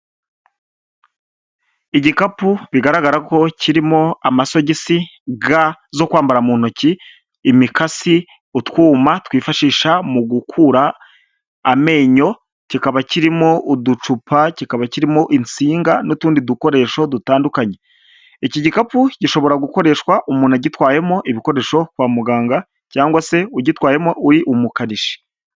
Igikapu bigaragara ko kirimo amasogisi, ga zo kwambara mu ntoki, imikasi, utwuma twifashisha mu gukura amenyo, kikaba kirimo uducupa, kikaba kirimo insinga n'utundi dukoresho dutandukanye, iki gikapu gishobora gukoreshwa umuntu agitwayemo ibikoresho kwa muganga cyangwa se ugitwayemo uri umukanishi.